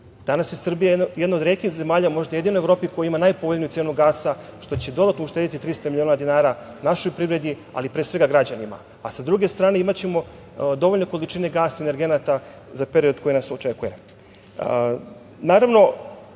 Danas je Srbija jedna od retkih zemalja, možda jedina u Evropi koja ima najpovoljniju cenu gasa, što će dodatno uštedeti 300 milina dinara našoj privredi, ali pre svega, građanima, a sa druge strane, imaćemo dovoljne količine gasa i energenata za period koji nas očekuje. Naravno,